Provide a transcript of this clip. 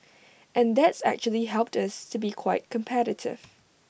and that's actually helped us to be quite competitive